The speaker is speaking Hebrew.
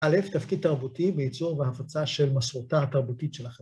א' תפקיד תרבותי ביצור והפצה של מסורתה התרבותית של החברה